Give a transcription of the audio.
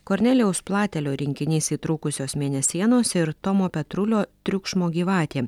kornelijaus platelio rinkinys įtrūkusios mėnesienos ir tomo petrulio triukšmo gyvatė